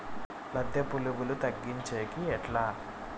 లద్దె పులుగులు తగ్గించేకి ఎట్లా?